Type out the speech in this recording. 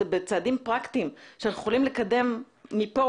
בצעדים פרקטיים שאנחנו יכולים לקדם מפה,